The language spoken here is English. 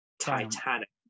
Titanic